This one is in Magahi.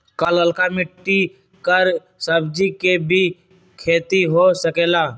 का लालका मिट्टी कर सब्जी के भी खेती हो सकेला?